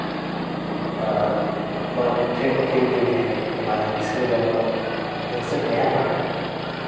ᱮᱸᱜ ᱵᱟᱨ ᱯᱚᱠᱠᱷᱮ ᱴᱤᱢ ᱠᱤᱱ ᱛᱟᱦᱮᱱᱟ ᱚᱱᱟ ᱦᱤᱝᱥᱟᱹ ᱡᱮᱱᱚ ᱦᱤᱝᱥᱟᱹ ᱛᱟᱦᱮᱱ ᱨᱮᱦᱚᱸ